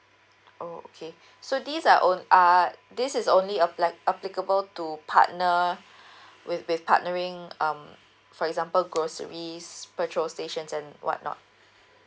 oh okay so these uh on~ uh this is only appl~ applicable to partner with with partnering um for example groceries petrol stations and what not